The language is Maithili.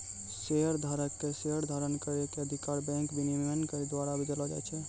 शेयरधारक के शेयर धारण करै के अधिकार बैंक विनियमन के द्वारा देलो जाय छै